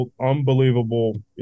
unbelievable